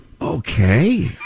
Okay